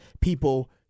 people